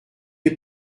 est